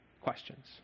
questions